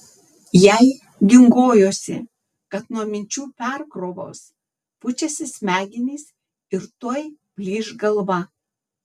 jai dingojosi kad nuo minčių perkrovos pučiasi smegenys ir tuoj plyš galva